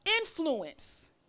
influence